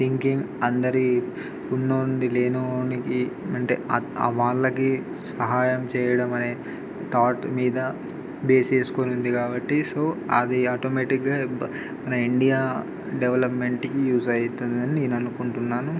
thinking అందరి ఉన్న వాని లేని వానికి అంటే వాళ్ళకి సహాయం చేయడం అనే థాట్ మీద బేస్ చేసుకుని ఉంది కాబట్టి సో అది ఆటోమాటిక్గా మన ఇండియా డెవలప్మెంట్కి యూజ్ అవుతుంది అని నేను అనుకుంటున్నాను